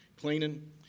cleaning